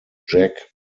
jack